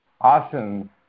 Awesome